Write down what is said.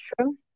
true